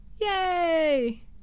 Yay